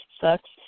Sucks